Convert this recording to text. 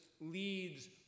leads